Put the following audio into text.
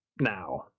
now